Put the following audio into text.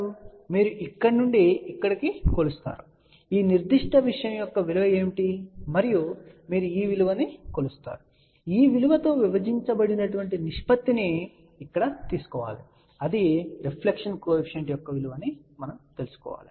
మీరు ఇక్కడ నుండి ఇక్కడికి కొలుస్తారు ఈ నిర్దిష్ట విషయం యొక్క విలువ ఏమిటి మరియు మీరు ఈ విలువను కొలుస్తారు ఈ విలువతో విభజించబడిన నిష్పత్తిని ఇక్కడ తీసుకోండి మరియు అది రిఫ్లెక్షన్ కోఎఫిషియంట్ యొక్క విలువను ఇస్తుంది